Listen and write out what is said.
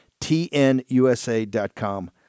TNUSA.com